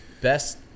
best